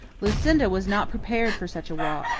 lucinda was not prepared for such a walk.